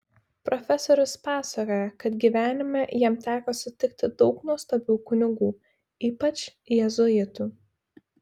profesorius pasakoja kad gyvenime jam teko sutikti daug nuostabių kunigų ypač jėzuitų